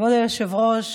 כבוד היושב-ראש,